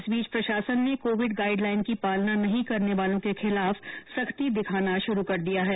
इस बीच प्रशासन ने कोविड गाइड लाइन की पालना नहीं करने वालों के खिलाफ सख्ती दिखाना शुरू कर दिया है